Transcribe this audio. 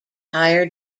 higher